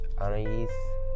Anais